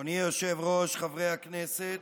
אדוני היושב-ראש, חברי הכנסת,